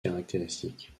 caractéristique